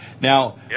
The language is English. Now